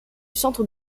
centre